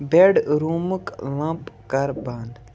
بٮ۪ڈ روٗمُک لمپ کَر بنٛد